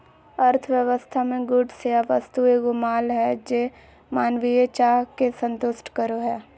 अर्थव्यवस्था मे गुड्स या वस्तु एगो माल हय जे मानवीय चाह के संतुष्ट करो हय